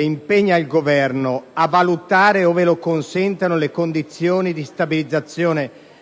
impegna il Governo a valutare, ove lo consentano le condizioni di stabilizzazione